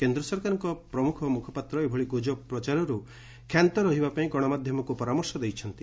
କେନ୍ଦ୍ର ସରକାରଙ୍କ ପ୍ରମୁଖ ମୁଖପାତ୍ର ଏଭଳି ଗୁଜବ ପ୍ରଚାରରୁ କ୍ଷାନ୍ତ ରହିବାପାଇଁ ଗଣମାଧ୍ୟମକୁ ପରାମର୍ଶ ଦେଇଛନ୍ତି